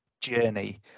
journey